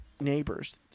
neighbors